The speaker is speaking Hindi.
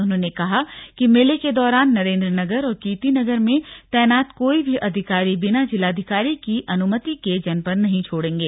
उन्होंने कहा कि मेले के दौरान नरेन्द्रनगर और कीर्तिनगर में तैनात कोई भी अधिकारी बिना जिलाधिकारी की अनुमति के जनपद नहीं छोड़ेंगे